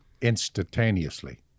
Instantaneously